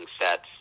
sets